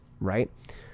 right